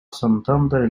santander